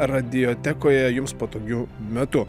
radiotekoje jums patogiu metu